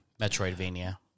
Metroidvania